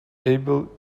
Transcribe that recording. able